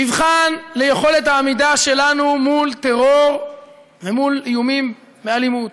מבחן ליכולת העמידה שלנו מול טרור ומול איומים באלימות,